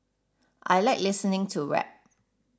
I like listening to rap